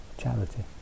charity